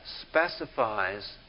specifies